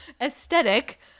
aesthetic